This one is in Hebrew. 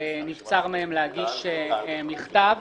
נבצר מהם להגיש מכתב.